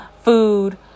Food